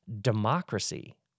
Democracy